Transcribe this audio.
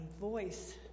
voice